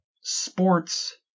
sports